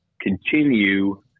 continue